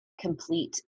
complete